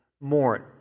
mourn